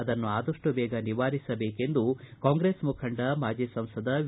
ಅದನ್ನು ಆದಷ್ಟು ಬೇಗ ನಿವಾರಿಸಬೇಕೆಂದು ಕಾಂಗ್ರೆಸ್ ಮುಖಂಡ ಮಾಜಿ ಸಂಸದ ವಿ